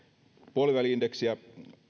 puoliväli indeksiä